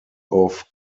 off